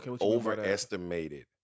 overestimated